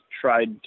tried